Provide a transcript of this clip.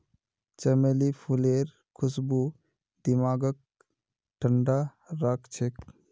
चमेली फूलेर खुशबू दिमागक ठंडा राखछेक